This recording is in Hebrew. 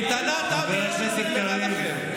קייטנת עמי אשד נגמרה לכם.